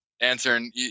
answering